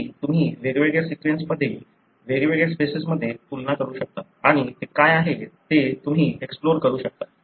अगदी तुम्ही वेगवेगळ्या सीक्वेन्समध्ये वेगवेगळ्या स्पेसिसमध्ये तुलना करू शकता आणि ते काय आहे ते तुम्ही एक्सप्लोर करू शकता